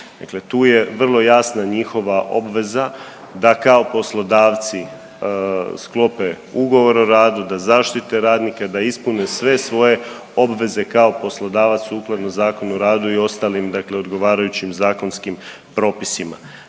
tu je vrlo jasna njihova obveza da kao poslodavci sklope ugovor o radu, da zaštite radnike, da ispune sve svoje obveze kao poslodavac sukladno Zakonu o radu i ostalim dakle odgovarajućim zakonskim propisima.